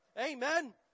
Amen